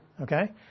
okay